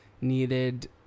needed